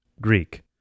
Greek